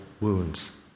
wounds